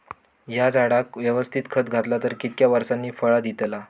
हया झाडाक यवस्तित खत घातला तर कितक्या वरसांनी फळा दीताला?